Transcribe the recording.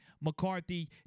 McCarthy